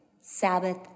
Sabbath